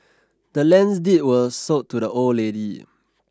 the land's deed were sold to the old lady